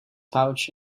pouch